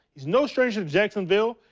no stranger to jacksonville.